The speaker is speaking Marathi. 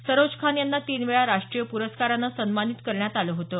सरोज खान यांना तीन वेळा राष्ट्रीय पुरस्कारानं सन्मानित करण्यात आलं होतं